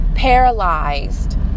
paralyzed